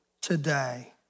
today